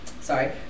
sorry